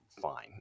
fine